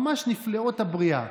ממש נפלאות הבריאה.